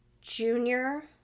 junior